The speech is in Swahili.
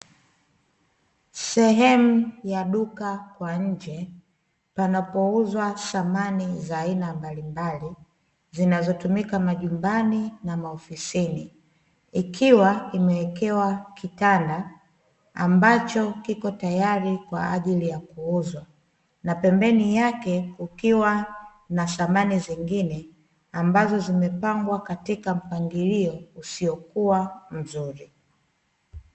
Sehemu ya duka kwa nje panapouzwa samani za aina mbalimbali zinazotumika majumbani na maofisini ikiwa imeekewa kitanda ambacho kipo tayari kwaajili kuuzwa na pembeni yake kukiwa na samani zingine ambazo zimepangwa katika mpangilio usiokua mzuri.